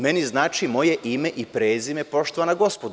Meni znači moje ime i prezime, poštovana gospodo.